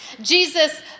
Jesus